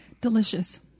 Delicious